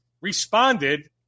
responded